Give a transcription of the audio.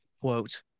quote